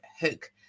Hook